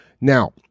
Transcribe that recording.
Now